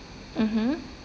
mmhmm